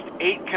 eight